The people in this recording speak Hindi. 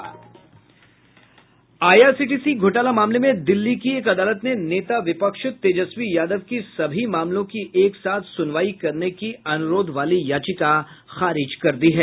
आईआरसीटीसी घोटाला मामले में दिल्ली की एक अदालत ने नेता विपक्ष तेजस्वी यादव की सभी मामलों की एक साथ सुनवाई करने की अनुरोध वाली याचिका खारिज कर दी है